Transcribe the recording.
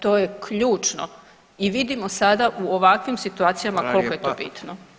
To je ključno i vidimo sada u ovakvim situacijama koliko je to bitno.